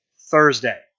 Thursday